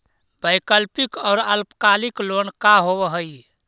वैकल्पिक और अल्पकालिक लोन का होव हइ?